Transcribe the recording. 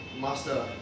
master